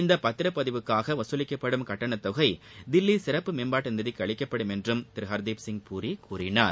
இந்தப் பத்திரப்பதிவுக்காக வசூலிக்கப்படும் கட்டண தொகை தில்லி சிறப்பு மேம்பாட்டு நிதிக்கு அளிக்கப்படும் என்றும் திரு ஹர்தீப்சிங் பூரி கூறினார்